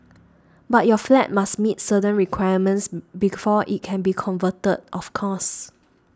but your flat must meet certain requirements before it can be converted of course